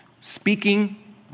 speaking